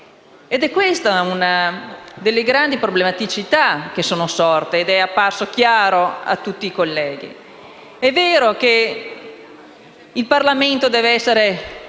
Questa è una delle grandi problematicità che sono emerse, che è apparsa chiara a tutti i colleghi: è vero che il Parlamento deve essere